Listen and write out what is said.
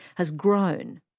has grown.